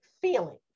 feeling